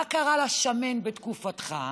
מה קרה לשמן בתקופתך.